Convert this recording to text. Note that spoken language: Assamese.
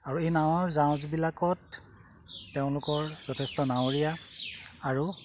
আৰু এই নাৱৰ জাহাজবিলাকত তেওঁলোকৰ যথেষ্ট নাৱৰীয়া আৰু